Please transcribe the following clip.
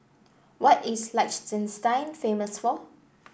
what is Liechtenstein famous for